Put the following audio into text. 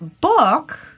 book